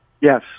Yes